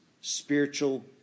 spiritual